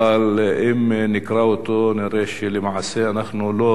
אבל אם נקרא אותו נראה שלמעשה אנחנו לא